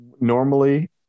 normally